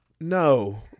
no